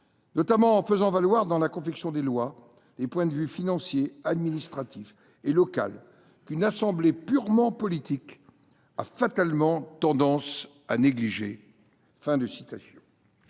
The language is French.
notamment en faisant valoir, dans la confection des lois, les points de vue financier, administratif et local qu’une Assemblée purement politique [avait] fatalement tendance à négliger